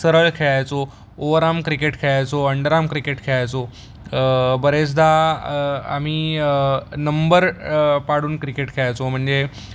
सरळ खेळायचो over arm cricket खेळायचो अंडर आम क्रिकेट खेळायचो बरेचदा आम्ही नंबर पाडून क्रिकेट खेळायचो म्हणजे